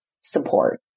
support